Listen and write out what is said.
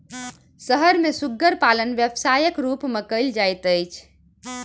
शहर मे सुग्गर पालन व्यवसायक रूप मे कयल जाइत छै